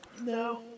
No